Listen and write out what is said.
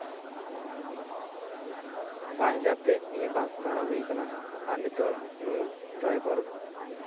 ᱯᱟᱸᱪ ᱦᱟᱡᱟᱨ ᱛᱮ ᱱᱤᱭᱟᱹ ᱵᱟᱥ ᱵᱷᱟᱲᱟ ᱦᱩᱭᱟᱠᱟᱱᱟ ᱟᱨ ᱱᱤᱛᱳᱜ ᱱᱩᱭ ᱰᱨᱟᱭᱵᱟᱨ